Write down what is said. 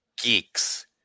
geeks